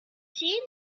seemed